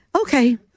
Okay